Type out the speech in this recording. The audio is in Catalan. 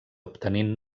obtenint